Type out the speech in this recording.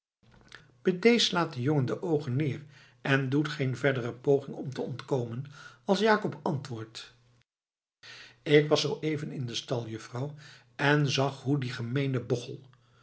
de jongen de oogen neer en doet geen verdere poging om te ontkomen als jakob antwoordt ik was zoo even in den stal juffrouw en zag hoe die gemeene bochel